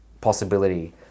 possibility